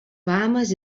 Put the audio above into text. bahames